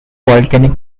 volcanic